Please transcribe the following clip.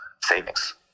savings